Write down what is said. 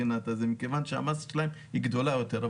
מכיוון שהמסה שלכם גדולה יותר.